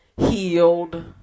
healed